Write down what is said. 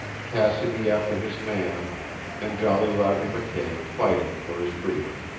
cassidy after his man and jolly roger mckay fighting for his freedom.